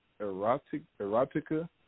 erotica